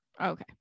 okay